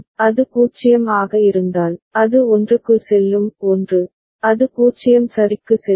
அது 0 ஆக இருந்தால் அது 1 க்கு செல்லும் 1 அது 0 சரிக்கு செல்லும்